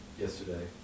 yesterday